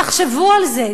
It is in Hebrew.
תחשבו על זה,